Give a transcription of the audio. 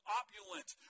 opulent